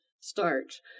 starch